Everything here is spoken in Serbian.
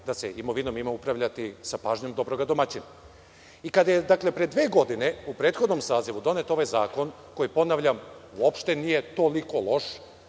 da se imovinom ima upravljati sa pažnjom dobroga domaćina. Kada je pre dve godine, u prethodnom sazivu, donet ovaj zakon, koji ponavljam, uopšte nije toliko loš,